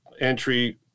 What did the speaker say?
entry